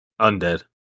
Undead